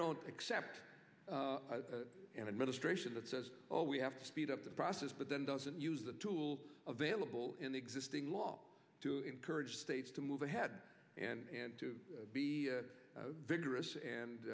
don't accept an administration that says oh we have to speed up the process but then doesn't use the tools available in the existing law to encourage states to move ahead and to be vigorous and